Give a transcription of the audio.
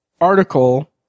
article